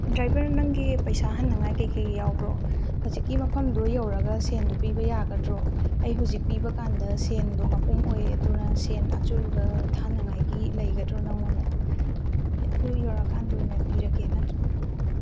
driver ꯅꯪꯒꯤ ꯄꯩꯁꯥ ꯍꯟꯅꯉꯥꯏ ꯀꯩꯀꯩ ꯌꯥꯎꯕ꯭ꯔꯣ ꯍꯧꯖꯤꯛꯀꯤ ꯃꯐꯝꯗꯣ ꯌꯧꯔꯒ ꯁꯦꯟꯗꯣ ꯄꯤꯕ ꯌꯥꯒꯗ꯭ꯔꯣ ꯑꯩ ꯍꯧꯖꯤꯛ ꯄꯤꯕ ꯀꯥꯟꯗ ꯁꯦꯟꯗꯣ ꯃꯄꯨꯝ ꯑꯣꯏ ꯑꯗꯨꯅ ꯁꯦꯟ ꯑꯆꯣꯏꯕ ꯊꯥꯅꯉꯥꯏꯒꯤ ꯂꯩꯒꯗ꯭ꯔꯣ ꯅꯉꯣꯟꯗ ꯑꯗꯨ ꯌꯧꯔꯀꯥꯟꯗ ꯑꯣꯏꯅ ꯄꯤꯔꯒꯦ ꯅꯠꯇ꯭ꯔ